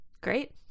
Great